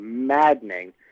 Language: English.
Maddening